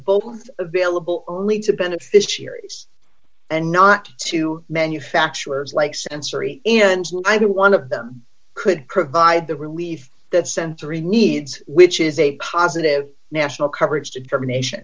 both available only to beneficiaries and not to manufacturers like sensory and either one of them could provide the relief that sensory needs which is a positive national coverage determination